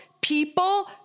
people